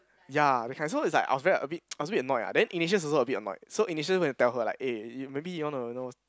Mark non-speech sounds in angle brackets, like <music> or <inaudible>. ya that kind so is like I was very a bit <noise> a bit annoyed ah then Inisha also a bit annoy so Inisha went to talk her like eh you maybe you want to know